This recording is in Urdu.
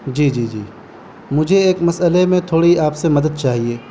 جی جی جی مجھے ایک مسئلے میں تھوڑی آپ سے مدد چاہیے